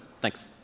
thanks